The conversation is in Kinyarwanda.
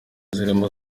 zirimo